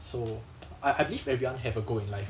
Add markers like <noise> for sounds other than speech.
so <noise> I I believe everyone have a goal in life